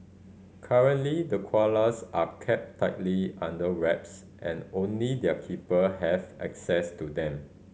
currently the koalas are kept tightly under wraps and only their keeper have access to them